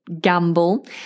gamble